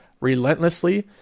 relentlessly